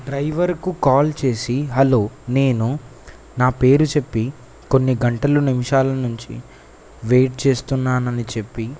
డ్రైవర్కు కాల్ చేసి హలో నేను నా పేరు చెప్పి కొన్ని గంటలు నిమిషాల నుంచి వెయిట్ చేస్తున్నాను అని చెప్పి